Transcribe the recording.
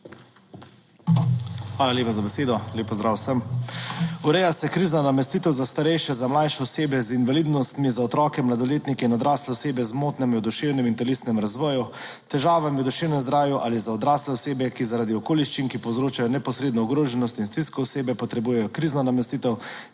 Hvala lepa za besedo. Lep pozdrav vsem! Ureja se kriza namestitev za starejše, za mlajše osebe z invalidnostmi, za otroke, mladoletnike in odrasle osebe z motnjami v duševnem in telesnem razvoju, težavami v duševnem zdravju ali za odrasle osebe, ki zaradi okoliščin, ki povzročajo neposredno ogroženost in stisko osebe potrebujejo krizno namestitev,